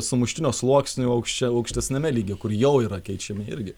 sumuštinio sluoksnių aukščiau aukštesniame lygyje kur jau yra keičiami irgi